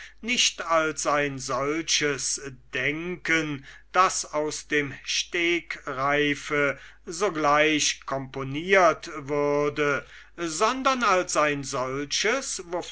nicht als ein solches denken das aus dem stegreife sogleich komponiert würde sondern als ein solches